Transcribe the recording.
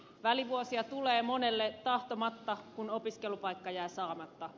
välivuosia tulee monelle tahtomatta kun opiskelupaikka jää saamatta